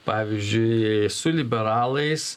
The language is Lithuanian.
pavyzdžiui su liberalais